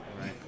right